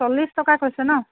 চল্লিছ টকা কৈছে ন'